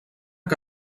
que